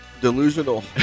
delusional